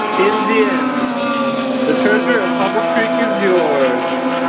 in the end the treasure of hubble creek is yours